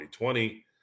2020